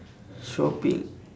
shopping